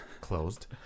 closed